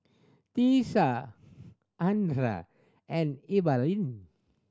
Tiesha Andrea and Evalyn